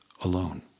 alone